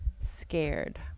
scared